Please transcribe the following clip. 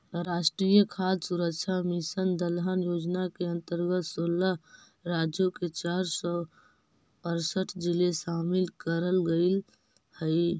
राष्ट्रीय खाद्य सुरक्षा मिशन दलहन योजना के अंतर्गत सोलह राज्यों के चार सौ अरसठ जिले शामिल करल गईल हई